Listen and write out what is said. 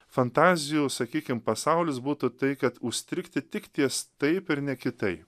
fantazijų sakykim pasaulis būtų tai kad užstrigti tik ties taip ir ne kitai